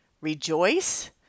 Rejoice